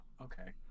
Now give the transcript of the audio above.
Okay